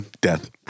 death